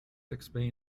explain